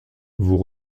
vous